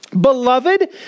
Beloved